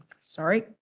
Sorry